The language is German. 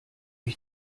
ich